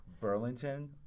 Burlington